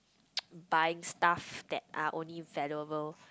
buying stuff that are only valuable